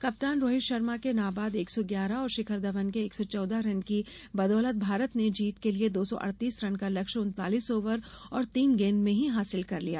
कप्तान रोहित शर्मा के नाबाद एक सौ ग्यारह और शिखर धवन के एक सौ चौदह रन की बदौलत भारत ने जीत के लिए दो सौ अड़तीस रन का लक्ष्य उन्तालीस ओवर और तीन गेंद में ही हासिल कर लिया